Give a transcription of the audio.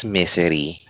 misery